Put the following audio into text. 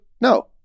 No